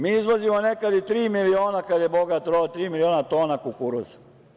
Mi izvozimo nekad i tri miliona kada je bogat rod, tri miliona tona kukuruza.